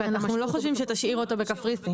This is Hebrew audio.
אנחנו לא חושבים שתשאיר אותו בקפריסין.